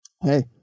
hey